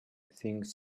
things